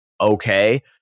Okay